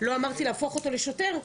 לא אמרתי להפוך אותו לשוטר,